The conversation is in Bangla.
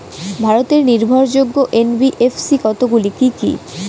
ভারতের নির্ভরযোগ্য এন.বি.এফ.সি কতগুলি কি কি?